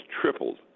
tripled